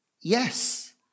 Yes